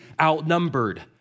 outnumbered